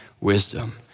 wisdom